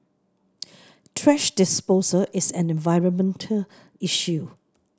thrash disposal is an environmental issue